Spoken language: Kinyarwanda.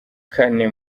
kane